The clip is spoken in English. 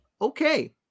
Okay